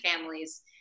families